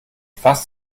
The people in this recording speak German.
fast